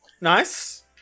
Nice